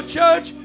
church